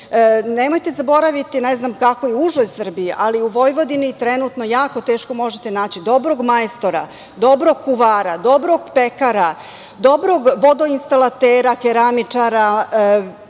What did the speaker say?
posla. Nemojte zaboraviti, ne znam kako je u užoj Srbiji, ali u Vojvodini jako teško možete naći dobrog majstora, dobrog kuvara, dobrog pekara, dobrog vodoinstalatera, keramičara,